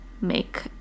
make